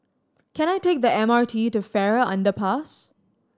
can I take the M R T to Farrer Underpass